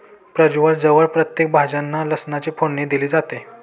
प्रजवळ जवळ प्रत्येक भाज्यांना लसणाची फोडणी दिली जाते